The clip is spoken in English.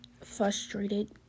frustrated